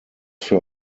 für